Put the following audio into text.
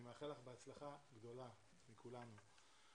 אני מאחל לך בהצלחה גדולה מכולנו.